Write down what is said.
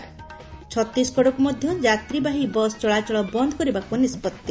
ଛତିଶଗଡ଼କୁ ମଧ ଯାତ୍ରୀବାହୀ ବସ୍ ଚଳାଚଳ ବନ୍ଦ କରିବାକୁ ନିଷ୍ବଉି